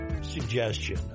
suggestion